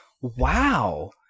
wow